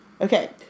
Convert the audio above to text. okay